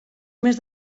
més